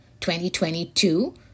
2022